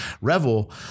Revel